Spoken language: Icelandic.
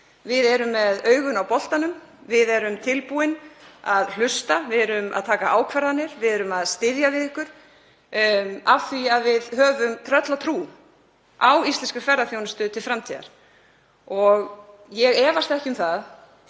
Við erum með augun á boltanum. Við erum tilbúin að hlusta, við erum að taka ákvarðanir. Við erum að styðja við ykkur af því að við höfum tröllatrú á íslenskri ferðaþjónustu til framtíðar og ég efast ekki um það